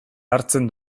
hartzen